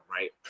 right